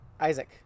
Isaac